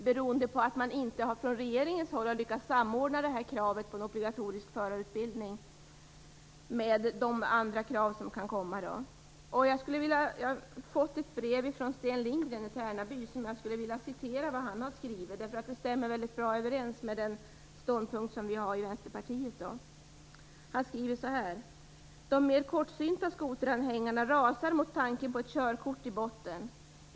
Det beror på att regeringen inte har lyckats samordna kravet på obligatorisk förarutbildning med de andra krav som kan komma. Jag har fått ett brev från Sten Lindgren i Tärnaby. Jag skulle vilja citera vad han har skrivit, för det stämmer väldigt väl överens med Vänsterpartiets ståndpunkt. "De mera kortsynta skoteranhängarna rasar mot tanken på ett körkort i botten.